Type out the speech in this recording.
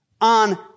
on